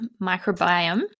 microbiome